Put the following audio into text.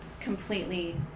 completely